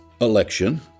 election